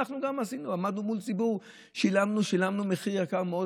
אנחנו גם עשינו: עמדנו מול ציבור ושילמנו מחיר יקר מאוד.